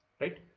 Right